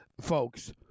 folks